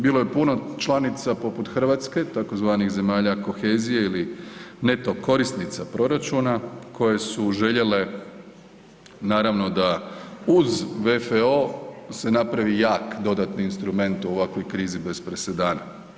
Bilo je puno članica, poput Hrvatske, tzv. zemalja kohezije ili neto korisnica proračuna koje su željele, naravno da uz VFO se napravi jak dodatni instrument u ovakvoj krizi bez presedana.